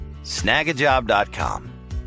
Snagajob.com